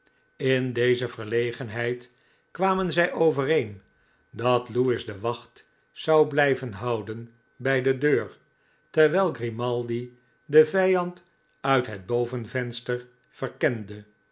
in deze verlegenheid kwamen zij overeen dat lewis de wacht zou blijven houden by de deur terwijl grimaldi den vijand uit het bovenvenster verkende